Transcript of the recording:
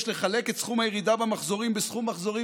יש לחלק סכום הירידה במחזורים בסכום מחזורים